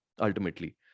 ultimately